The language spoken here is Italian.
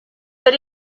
per